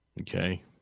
Okay